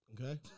Okay